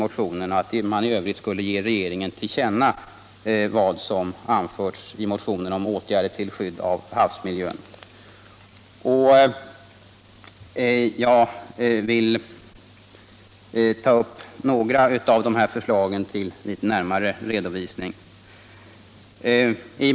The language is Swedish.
Motionärerna hemställer också att riksdagen som sin mening ger regeringen till känna vad som i övrigt anförs i motionen om åtgärder till skydd av havsmiljön. Jag vill här ta upp några av de förslagen för närmare redovisning.